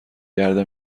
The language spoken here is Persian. کرده